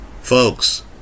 folks